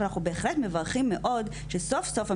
אבל אנחנו בהחלט מברכים מאוד שסוף סוף,